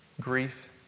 grief